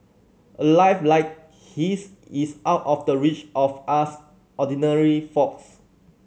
a life like his is out of the reach of us ordinary folks